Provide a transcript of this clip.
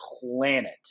planet